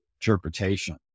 interpretation